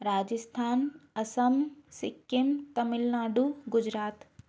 Rajasthan Assam Sikkim Tamil Nadu Gujarat